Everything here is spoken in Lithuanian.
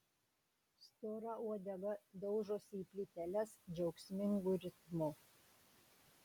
stora uodega daužosi į plyteles džiaugsmingu ritmu